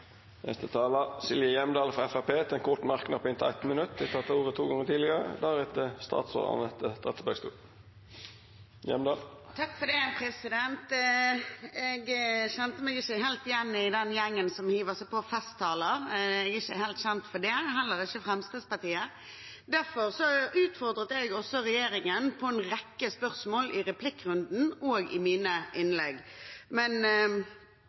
fra likestillingsministeren. Representanten Silje Hjemdal har hatt ordet to gonger tidlegare og får ordet til ein kort merknad, avgrensa til 1 minutt. Jeg kjente meg ikke helt igjen i den gjengen som hiver seg på festtaler. Jeg er ikke helt kjent for det, heller ikke Fremskrittspartiet. Derfor utfordret jeg regjeringen på en rekke spørsmål i replikkrunden og i mine innlegg, men